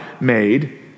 made